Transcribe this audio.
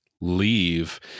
Leave